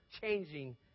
changing